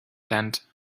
tent